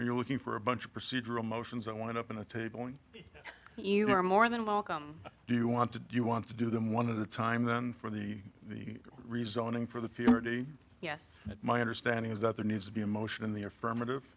you're looking for a bunch of procedural motions i want up in a table and you are more than welcome do you want to do you want to do them one of the time then for the rezoning for the purity yes my understanding is that there needs to be a motion in the affirmative